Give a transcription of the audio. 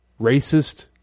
racist